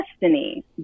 destiny